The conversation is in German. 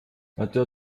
nadja